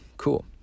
Cool